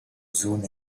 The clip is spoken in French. zones